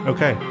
Okay